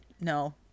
no